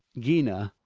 gina.